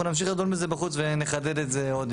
אנחנו נמשיך לדון בזה בחוץ ונחדד את זה עוד,